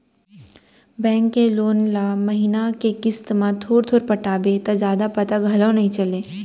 bank के loan ल महिना के किस्त म थोर थोर पटाबे त जादा पता घलौ नइ चलय